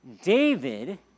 David